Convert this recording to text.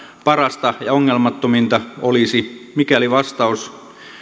parasta ja ongelmattominta olisi mikäli vastaus